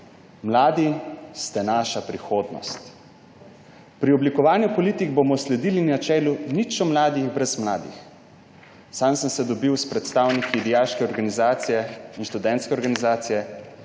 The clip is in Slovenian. »Mladi ste naša prihodnost. Pri oblikovanju politik bomo sledili načelu nič o mladih brez mladih.« Sam sem se dobil s predstavniki dijaške organizacije in študentske organizacije.